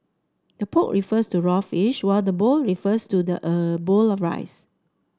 the poke refers to raw fish while the bowl refers to the er bowl of rice